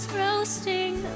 roasting